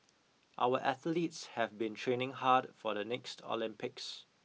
our athletes have been training hard for the next Olympics